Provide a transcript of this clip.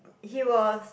he was